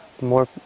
more